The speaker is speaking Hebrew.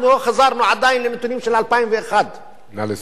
אנחנו לא חזרנו עדיין לנתונים של 2001, נא לסיים.